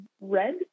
red